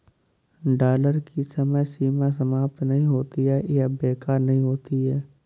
dollar की समय सीमा समाप्त नहीं होती है या बेकार नहीं होती है